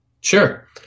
Sure